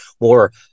more